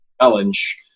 challenge